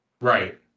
Right